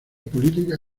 políticas